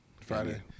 Friday